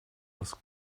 was